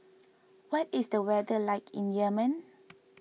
what is the weather like in Yemen